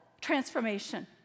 transformation